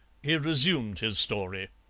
he resumed his story.